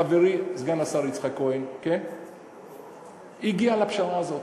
חברי סגן השר יצחק כהן הגיע לפשרה הזאת.